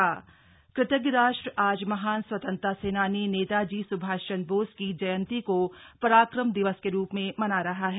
slug राक्रम दिवस कृतज्ञ राष्ट्र आज महान स्वतंत्रता सेनानी नेताजी स्भाष चंद्र बोस की जयंती को राक्रम दिवस के रू में मना रहा है